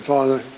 Father